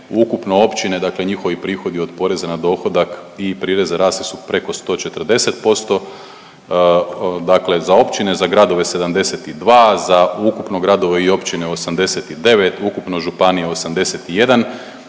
ukupno općine, dakle njihovi prihodi od poreza na dohodak i prireza rasli su preko 140%, dakle za općine, za gradove 72, za ukupno gradove i općine 89, ukupno županije 81